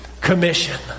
commission